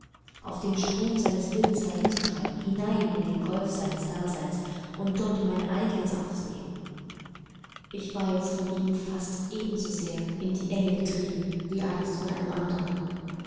auf dem strom seines willens dahinzutreiben hinein in den golf seines daseins und dort mein eigenes aufzugeben ich war jetzt von ihm fast ebensosehr in die enge getrieben wie einst von einem anderen